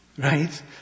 right